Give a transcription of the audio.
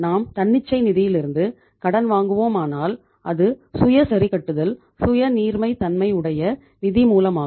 நாம் தன்னிச்சை நிதியிலிருந்து கடன் வாங்குவோமானால் அது சுய சரிகட்டுதல் சுய நீர்மை தன்மை உடைய நிதி மூலமாகும்